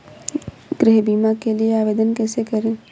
गृह बीमा के लिए आवेदन कैसे करें?